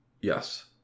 yes